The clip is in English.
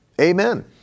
amen